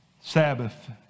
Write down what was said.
Sabbath